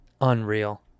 Unreal